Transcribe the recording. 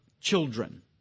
children